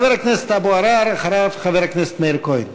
חבר הכנסת אבו עראר, ואחריו, חבר הכנסת מאיר כהן.